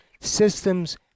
systems